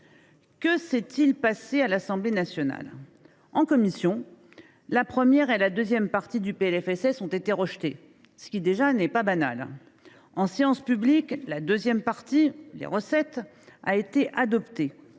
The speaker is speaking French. Que s’est il passé à l’Assemblée nationale ? En commission, les deux premières parties du PLFSS ont été rejetées, ce qui, déjà, n’est pas banal. En séance publique, la deuxième partie, sur les recettes, a été adoptée